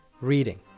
reading